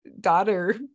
daughter